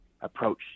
approach